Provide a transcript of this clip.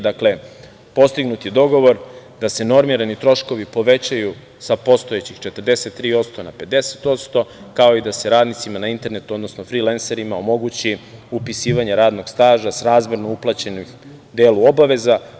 Dakle, postignut je dogovor da se normirani troškovi povećaju sa postojećih 43% na 50%, kao i da se radnicima na internetu, odnosno frilenserima omogući upisivanje radnog staža srazmerno uplaćenom delu obaveza.